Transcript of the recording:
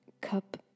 cup